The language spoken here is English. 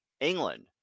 England